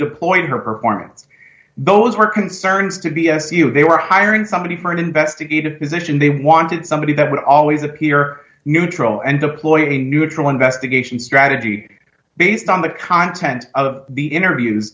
deployed her performance those were concerns to b s u they were hiring somebody for an investigative position they wanted somebody that would always appear neutral and the ploy of a neutral investigation strategy based on the content of the interview